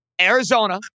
Arizona